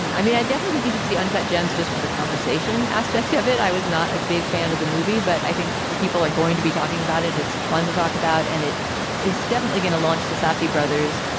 and i mean, i definitely give you the uncut gems just for the conversation aspect of it. i was not a big fan of the movie, but i think people are going to be talking about it. it's fun to talk about and it is definitely going to launch the safty brothers.